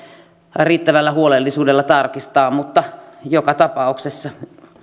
riittävällä huolellisuudella tarkistaa mutta joka tapauksessa